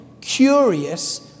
curious